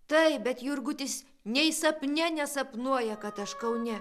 taip bet jurgutis nei sapne nesapnuoja kad aš kaune